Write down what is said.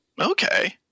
okay